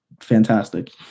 fantastic